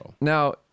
Now